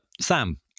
Sam